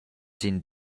sin